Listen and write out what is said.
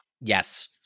Yes